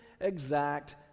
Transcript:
exact